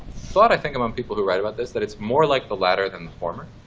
thought, i think, among people who write about this, that it's more like the latter than the former,